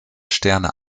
sterne